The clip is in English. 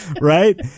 Right